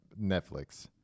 Netflix